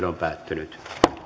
on